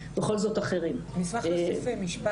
אני אשמח להוסיף משפט.